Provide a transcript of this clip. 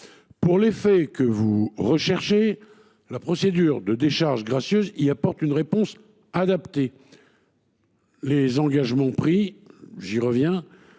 Pour l’effet que vous recherchez, la procédure de décharge gracieuse apporte une réponse adaptée. Les engagements pris traduisent